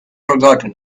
forgotten